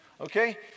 Okay